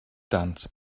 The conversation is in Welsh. ddant